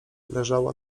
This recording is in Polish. leżała